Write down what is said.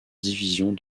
divisions